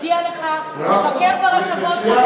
תודיע לך, אנחנו נבקר ברכבות, נעלה